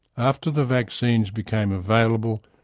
after the vaccines became available,